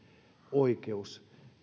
oikeus